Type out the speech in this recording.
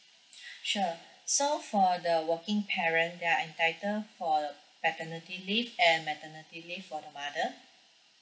sure so for the working parent they're entitled for paternity leave and maternity leave for the mother